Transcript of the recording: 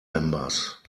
members